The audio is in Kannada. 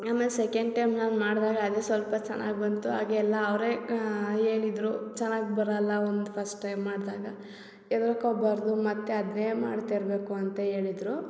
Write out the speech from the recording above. ಆಮೇಲೆ ಸೆಕೆಂಡ್ ಟೈಮ್ ನಾನು ಮಾಡ್ದಾಗ ಅದೇ ಸ್ವಲ್ಪ ಚೆನ್ನಾಗಿ ಬಂತು ಆಗ ಎಲ್ಲ ಅವರೇ ಹೇಳಿದ್ರು ಚೆನ್ನಾಗಿ ಬರಲ್ಲ ಒಂದು ಫಸ್ಟ್ ಟೈಮ್ ಮಾಡಿದಾಗ ಹೆದ್ರಕೋಬಾರ್ದು ಮತ್ತೆ ಅದನ್ನೇ ಮಾಡ್ತಿರಬೇಕು ಅಂತ ಹೇಳಿದ್ರು